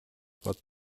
бод